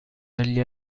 dagli